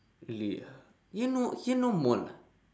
really ah here no here no mall ah